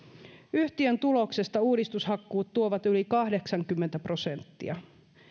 yhtiön tuloksesta uudistushakkuut tuovat yli kahdeksankymmentä prosenttia